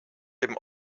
dem